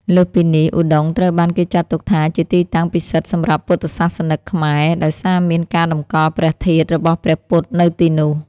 លើសពីនេះ ឧដុង្គត្រូវបានគេចាត់ទុកថាជាទីតាំងពិសិដ្ឋសម្រាប់ពុទ្ធសាសនិកខ្មែរ ដោយសារមានការតម្កល់ព្រះធាតុរបស់ព្រះពុទ្ធនៅទីនោះ។